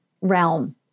realm